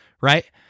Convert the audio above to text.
right